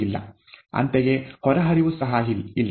ಅಂತೆಯೇ ಹೊರಹರಿವೂ ಸಹ ಇಲ್ಲ